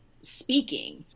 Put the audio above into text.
speaking